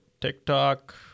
TikTok